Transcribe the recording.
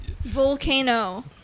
Volcano